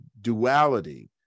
duality